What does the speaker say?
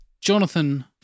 Jonathan